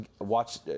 Watch